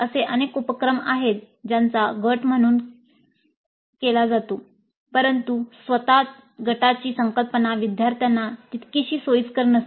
असे अनेक उपक्रम आहेत ज्यांचा गट म्हणून केला जातो परंतु स्वतः गटाची संकल्पना विद्यार्थ्यांना तितकीशी सोयीस्कर नसते